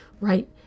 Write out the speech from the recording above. right